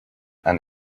and